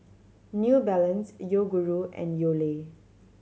New Balance Yoguru and